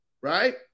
right